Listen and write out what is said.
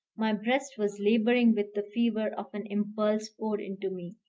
my breast was laboring with the fever of an impulse poured into me,